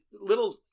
Little